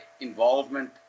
involvement